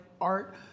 art